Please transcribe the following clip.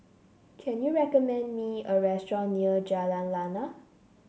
can you recommend me a restaurant near Jalan Lana